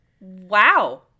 wow